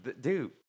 Dude